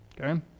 Okay